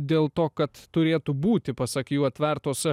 dėl to kad turėtų būti pasak jų atvertos